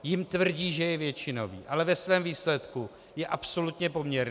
Jim tvrdí, že je většinový, ale ve svém výsledku je absolutně poměrný.